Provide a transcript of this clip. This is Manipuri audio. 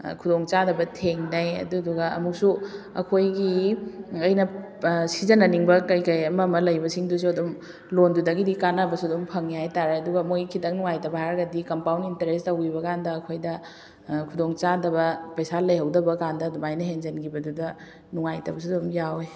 ꯈꯨꯗꯣꯡ ꯆꯥꯗꯕ ꯊꯦꯡꯅꯩ ꯑꯗꯨꯗꯨꯒ ꯑꯃꯨꯛꯁꯨ ꯑꯩꯈꯣꯏꯒꯤ ꯑꯩꯅ ꯁꯤꯖꯟꯅꯅꯤꯡꯕ ꯀꯔꯤ ꯀꯔꯤ ꯑꯃꯃ ꯂꯩꯕꯁꯤꯡꯗꯁꯨ ꯑꯗꯨꯝ ꯂꯣꯟꯗꯨꯗꯒꯤꯗꯤ ꯀꯥꯟꯅꯕꯁꯨ ꯑꯗꯨꯝ ꯐꯪꯉꯦ ꯍꯥꯏꯇꯥꯔꯦ ꯑꯗꯨꯒ ꯃꯣꯏ ꯈꯤꯇꯪ ꯅꯨꯡꯉꯥꯏꯇꯕ ꯍꯥꯏꯔꯒꯗꯤ ꯀꯝꯄꯥꯎꯟ ꯏꯟꯇꯔꯦꯁ ꯇꯧꯕꯤꯕ ꯀꯥꯟꯗ ꯑꯩꯈꯣꯏꯗ ꯈꯨꯗꯣꯡ ꯆꯥꯗꯕ ꯄꯩꯁꯥ ꯂꯩꯍꯧꯗꯕ ꯀꯥꯟꯗ ꯑꯗꯨꯃꯥꯏꯅ ꯍꯦꯟꯖꯟꯈꯤꯕꯗꯨꯗ ꯅꯨꯡꯉꯥꯏꯇꯕꯁꯨ ꯑꯗꯨꯝ ꯌꯥꯎꯋꯦ